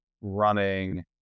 running